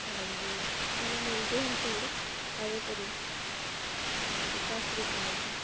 ਹਾਂਜੀ ਚਲੋ ਮਿਲਦੇ ਹਾਂ ਫਿਰ ਆਇਓ ਕਦੇ ਸਤਿ ਸ਼੍ਰੀ ਅਕਾਲ ਜੀ